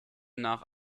nach